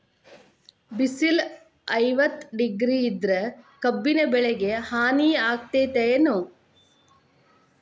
ಬಿಸಿಲ ಐವತ್ತ ಡಿಗ್ರಿ ಇದ್ರ ಕಬ್ಬಿನ ಬೆಳಿಗೆ ಹಾನಿ ಆಕೆತ್ತಿ ಏನ್?